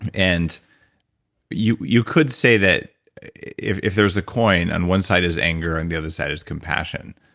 and you you could say that if if there was a coin, and one side is anger, and the other side is compassion,